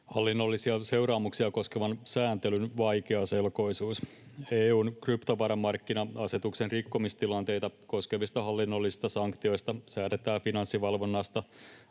Hallinnollisia seuraamuksia koskevan sääntelyn vaikeaselkoisuus: EU:n kryptovaramarkkina-asetuksen rikkomistilanteita koskevista hallinnollisista sanktioista säädetään Finanssivalvonnasta